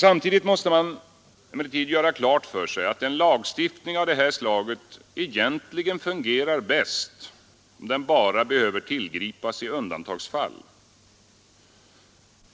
Samtidigt måste man emellertid göra klart för sig att en lagstiftning av det här slaget egentligen fungerar bäst om den bara behöver tillgripas i undantagsfall.